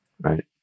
right